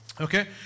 Okay